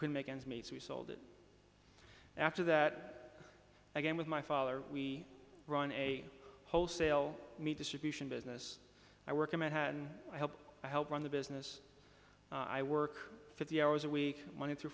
can make ends meet so we sold it after that again with my father we run a wholesale distribution business i work in manhattan i help i help run the business i work fifty hours a week monday through